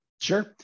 Sure